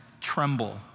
tremble